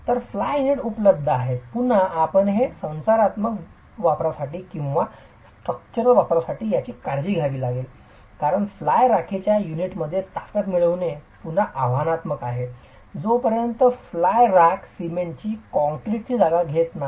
तर fly unit उपलब्ध आहेत पुन्हा आपण हे संरचनात्मक वापरासाठी किंवा स्ट्रक्चरल वापरासाठी आहे याची काळजी घ्यावी लागेल कारण फ्लाय राखेच्या युनिटमध्ये ताकद मिळवणे पुन्हा आव्हानात्मक आहे जोपर्यंत फ्लाय राख सिमेंट कॉंक्रिटची जागा घेत नाही